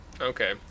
okay